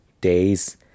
days